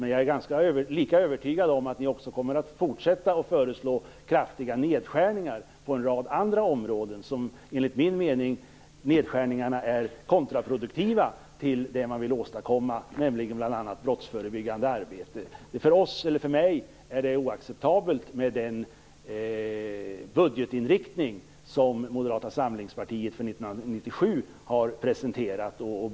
Men jag är lika övertygad om att ni också kommer att fortsätta att föreslå kraftiga nedskärningar på en rad andra områden, nedskärningar som enligt min mening är kontraproduktiva till det man vill åstadkomma, nämligen bl.a. brottsförebyggande arbete. För mig är den budgetinriktning som Moderata samlingspartiet har presenterat för 1997 oacceptabel.